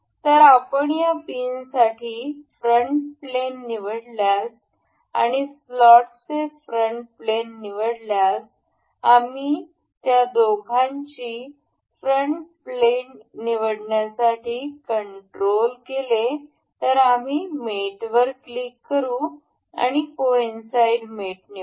तर आपण या पिनसाठी फ्रंटप्लेन निवडल्यास आणि स्लॉटचे फ्रंट प्लेन निवडल्यास आम्ही त्या दोघांची फ्रंट प्लेन निवडण्यासाठी कंट्रोल केले तर आम्ही मेटवर क्लिक करू आणि कॉइनसाईड मेट निवडू